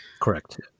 Correct